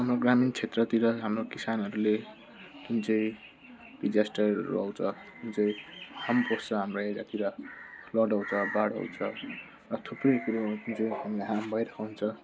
हाम्रो ग्रामीण क्षेत्रतिर हाम्रो किसानहरूले जुन चाहिँ डिजास्टरहरू आउँछ जुन चाहिँ हार्म पोस्छ हाम्रो यतातिर आउँछ बाढ आउँछ अब थुप्रै कुरो जो हामीलाई हार्म भइरहेको हुन्छ